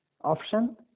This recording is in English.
Option